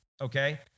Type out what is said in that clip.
okay